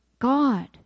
God